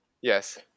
Yes